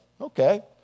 Okay